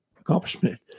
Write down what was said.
accomplishment